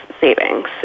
savings